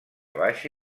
baixa